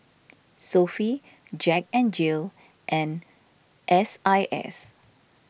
Sofy Jack N Jill and S I S